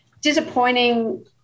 Disappointing